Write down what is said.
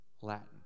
Latin